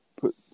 put